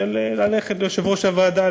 של ללכת ליושב-ראש הוועדה,